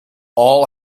all